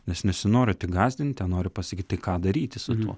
nes nesinori tik gąsdinti noriu pasakyti ką daryti su tuo